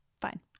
fine